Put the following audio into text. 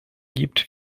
gibt